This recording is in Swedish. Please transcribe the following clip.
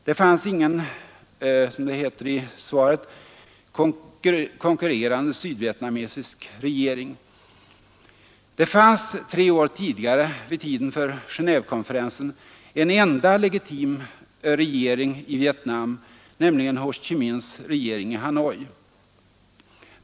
Det fanns ingen, som det heter i svaret, ”konkurrerande sydvietnamesisk regering”. Jo, det fanns tre år tidigare, vid tiden för Genévekonferensen, en enda legitim regering i Vietnam, nämligen Ho Chi-minhs regering i Hanoi.